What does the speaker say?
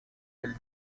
elle